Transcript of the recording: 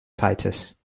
titus